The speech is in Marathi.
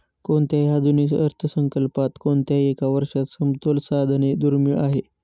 कोणत्याही आधुनिक अर्थसंकल्पात कोणत्याही एका वर्षात समतोल साधणे दुर्मिळ आहे